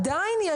עדיין,